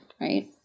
right